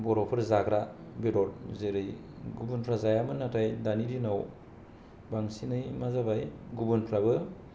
बर'फोर जाग्रा बेदर जेरै गुबुनफ्रा जायामोन नाथाय दानि दिनाव बांसिनै मा जाबाय गुबुनफ्राबो